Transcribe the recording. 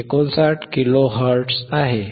59 kilohertz 1